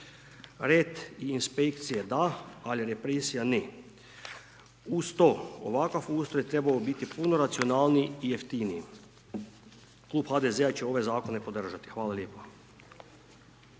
Red inspekcije da, ali represija ne. Uz to ovakav ustroj trebao bi biti puno racionalniji i jeftiniji. Klub HDZ-a će ove zakone podržati. Hvala lijepa.